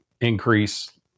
increase